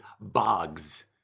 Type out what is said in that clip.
bogs